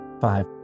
five